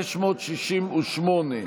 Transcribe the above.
625 568,